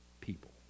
people